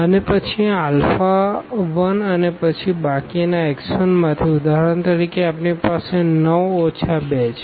અને પછી આ આલ્ફા 1 અને પછી બાકીના x 1 માંથી ઉદાહરણ તરીકે આપણી પાસે 9 ઓછા 2 છે